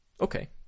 Okay